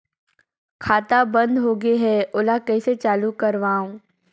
खाता बन्द होगे है ओला कइसे चालू करवाओ?